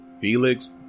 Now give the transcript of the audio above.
Felix